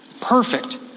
perfect